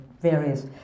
various